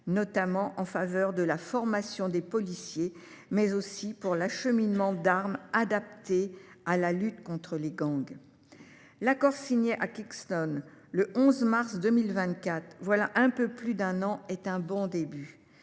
notamment en faveur de la formation des policiers, mais aussi pour l’acheminement d’armes adaptées à la lutte contre les gangs. L’accord signé à Kingston il y a un peu plus d’un an, le 11 mars 2024, est un bon début.